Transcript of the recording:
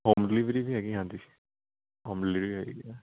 home delivery ਵੀ ਹੈਗੀ ਆ ਇਹਨਾਂ ਦੀ ਹੋਮ ਡਿਲੀਵਰੀ ਵੀ ਹੈਗੀ ਆ